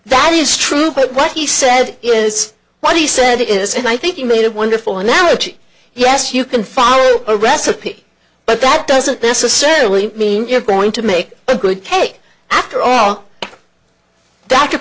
that is true but what he said is what he said it is and i think you made a wonderful analogy yes you can follow a recipe but that doesn't necessarily mean you're going to make a good cake after all that